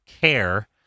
care